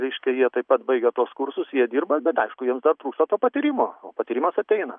reiškia jie taip pat baigia tuos kursus jie dirba bet aišku jiems dar trūksta to patyrimo o patyrimas ateina